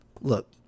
look